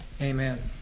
Amen